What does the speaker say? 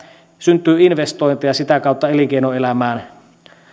syntyy investointeja elinkeinoelämään